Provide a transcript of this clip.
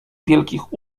wielkich